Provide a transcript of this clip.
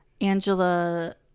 Angela